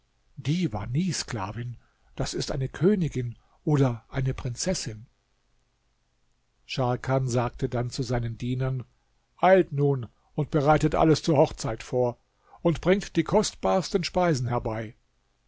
die war nie sklavin das ist eine königin oder eine prinzessin scharkan sagte dann zu seinen dienern eilt nun und bereitet alles zur hochzeit vor und bringt die kostbarsten speisen herbei